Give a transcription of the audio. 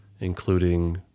including